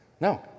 no